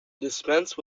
dispense